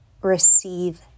receive